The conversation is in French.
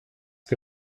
que